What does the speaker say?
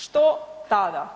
Što tada?